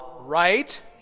right